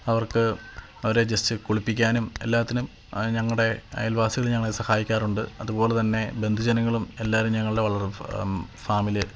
അവര്ക്ക് അവരെ ജെസ്റ്റ് കുളിപ്പിക്കാനും എല്ലാത്തിനും ഞങ്ങളുടെ അയല്വാസികൾ ഞങ്ങളെ സഹായിക്കാറുണ്ട് അതുപോലെ തന്നെ ബന്ധു ജനങ്ങളും എല്ലാവരും ഞങ്ങളുടെ വളര് ഫാമില്